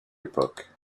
époque